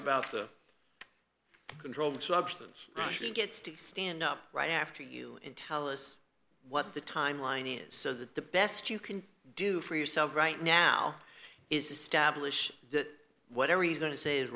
about the controlled substance russian gets to stand up right after you tell us what the timeline is so that the best you can do for yourself right now is establish that whatever he's going to say is